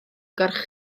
gwraig